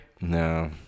No